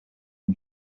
این